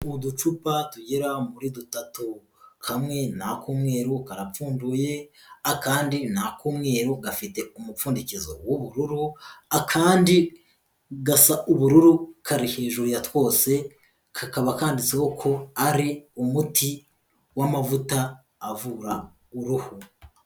Ni uducupa tugera muri dutatu, Kamwe nak'umweru, karapfunduye, akandi ni ak'umweru gafite umupfundikizo w'ubururu, akandi gasa ubururu, kari hejuru ya twose, kakaba kanditseho ko ari umuti w'amavuta avura uruhu.